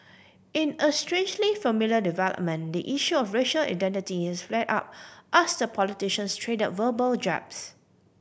in a strangely familiar development the issue of racial identity has flared up as the politicians trade verbal jabs